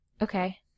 Okay